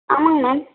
ஆமாங்க மேம்